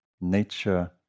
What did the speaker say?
nature